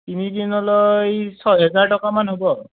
তিনিদিনলৈ ছহেজাৰ টকামান হ'ব